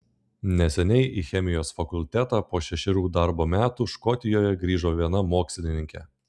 neseniai į chemijos fakultetą po šešerių darbo metų škotijoje grįžo viena mokslininkė